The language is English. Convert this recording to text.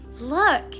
Look